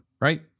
right